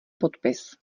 podpis